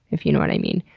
if you know what i mean.